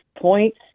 points